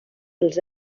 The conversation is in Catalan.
els